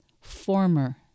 former